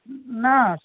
না সে তো